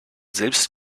selbst